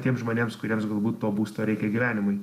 tiems žmonėms kuriems galbūt to būsto reikia gyvenimui